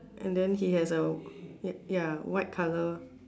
and then he has a y~ ya white colour